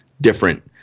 different